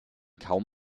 kaum